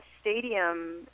stadium